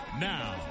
Now